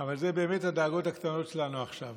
אבל אלה באמת הדאגות הקטנות שלנו עכשיו.